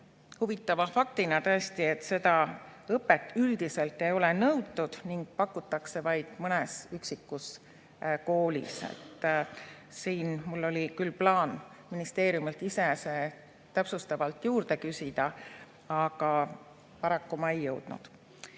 huvitava faktina, tõesti, seda õpet üldiselt ei ole nõutud ning seda pakutakse vaid mõnes üksikus koolis. Siin mul oli küll plaan ministeeriumilt ise täpsustavalt juurde küsida, aga paraku ma ei jõudnud.